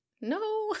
no